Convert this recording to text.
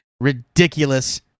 ridiculous